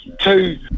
two